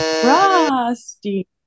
Frosty